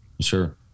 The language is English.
Sure